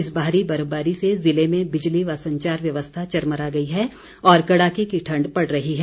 इस भारी बर्फबारी से जिले में बिजली व संचार व्यवस्था चरमरा गई है और कड़ाके की ठण्ड पड़ रही है